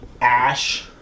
Ash